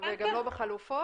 וגם לא בחלופות.